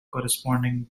corresponding